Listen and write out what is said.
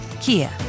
Kia